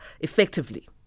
effectively